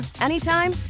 anytime